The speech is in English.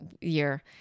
year